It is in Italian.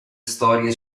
storie